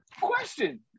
question